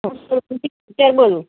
હું બોલું